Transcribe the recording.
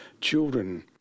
Children